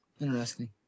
Interesting